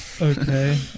Okay